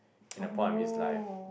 in the point of his life